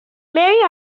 marie